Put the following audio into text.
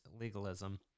legalism